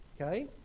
Okay